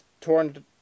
torn